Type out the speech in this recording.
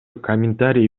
комментарий